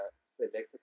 selected